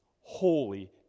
holy